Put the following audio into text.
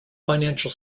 financial